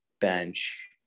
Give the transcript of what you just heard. bench